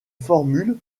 formule